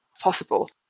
possible